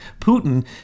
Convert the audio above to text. Putin